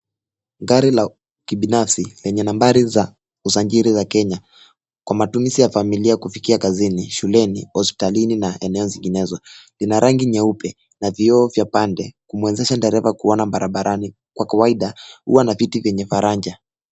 Gari la kibinafsi lenye nambari za usajili za kenya kwa matumizi ya familia kufikia kazini, shuleni, hospitalini na eneo zinginezo. Lina rangi nyeupe na vioo vya pande kumwezesha dereva kuona barabarani. Kwa kawaida, huwa na viti vyenye faraja.